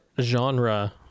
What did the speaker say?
genre